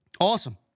Awesome